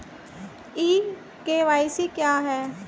ई KYC क्या है?